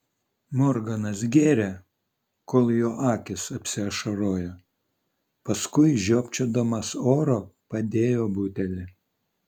morganas gėrė kol jo akys apsiašarojo paskui žiopčiodamas oro padėjo butelį